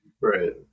right